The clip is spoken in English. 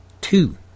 Two